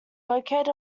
located